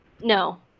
No